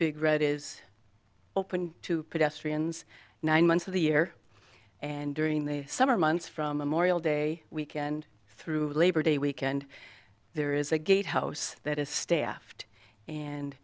big red is open to pedestrians nine months of the year and during the summer months from the morial day weekend through labor day weekend there is a gate house that is staffed and